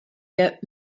der